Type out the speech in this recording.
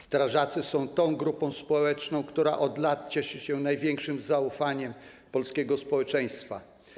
Strażacy są tą grupą społeczną, która od lat cieszy się największym zaufaniem polskiego społeczeństwa.